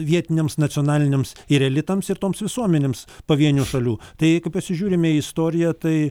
vietiniams nacionaliniams ir elitams ir toms visuomenėms pavienių šalių tai jeigu pasižiūrime į istoriją tai